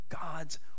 God's